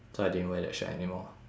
so I didn't wear that shirt anymore